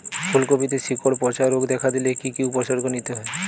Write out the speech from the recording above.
ফুলকপিতে শিকড় পচা রোগ দেখা দিলে কি কি উপসর্গ নিতে হয়?